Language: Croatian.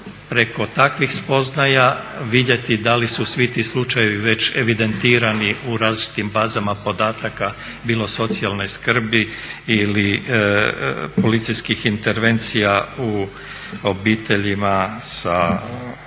preko takvih spoznaja vidjeti da li su svi ti slučajevi već evidentirani u različitim bazama podatka bilo socijalne skrbi ili policijskih intervencija u obiteljima sa